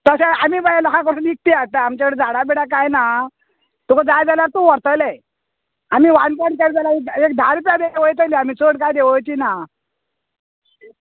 तशें आमी बाय लोकांक कसलें विकती हाडटा आमचे झाडां बिडा कांय ना तुका जाय जाल्यार तूं व्हरतलें आमी वानपण कर जाल्यार एक धा रुपया बी वयतली आमी चड कांय देंवोची ना